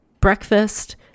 breakfast